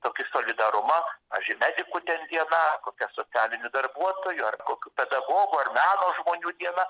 tokį solidarumą pavyzdžiui medikų ten diena kokia socialinių darbuotojų ar kokių pedagogų ar meno žmonių diena